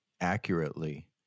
accurately